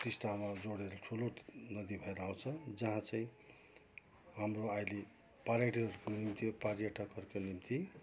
टिस्टामा जोडेर ठुलो नदी भएर आउँछ जहाँ चाहिँ हाम्रो अहिले पर्यटक निम्ति पर्यटकहरूका निम्ति